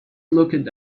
looked